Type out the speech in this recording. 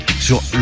Sur